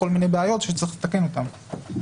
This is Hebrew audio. כל מיני בעיות שצריך לתקן אותן.